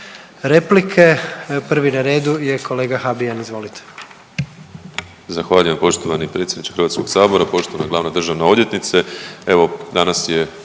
replike. Prvi na redu je kolega Habijan, izvolite.